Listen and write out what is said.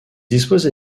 dispose